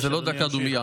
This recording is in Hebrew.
זאת לא דקה דומייה?